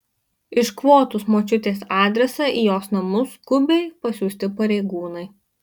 iškvotus močiutės adresą į jos namus skubiai pasiųsti pareigūnai